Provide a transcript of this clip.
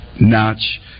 notch